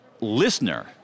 listener